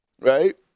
right